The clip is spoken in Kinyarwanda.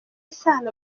isano